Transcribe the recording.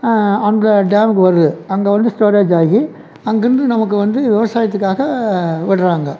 அங்கே டேமுக்கு வருது அங்கே வந்து ஸ்டோரேஜ் ஆகி அங்கேருந்து நமக்கு வந்து விவசாயத்துக்காக விடுறாங்க